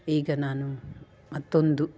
ಈಗ ನಾನು ಮತ್ತೊಂದು